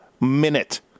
minute